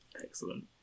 Excellent